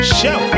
show